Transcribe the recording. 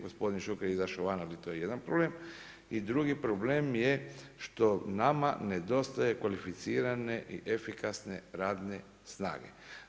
Gospodin Šuker, je izašlo van, a to je jedan problem i drugi problem je što nama nedostaje kvalificirane i efikasne radne snage.